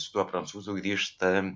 su tuo prancūzu grįžta